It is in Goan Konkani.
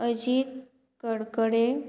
अजीत कडकडे